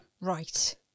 right